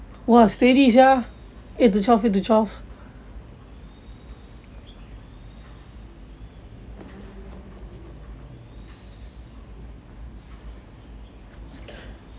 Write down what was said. !wah! steady sia eight to twelve eight to twelve